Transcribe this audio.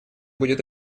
будет